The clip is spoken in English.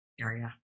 area